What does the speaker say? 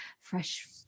fresh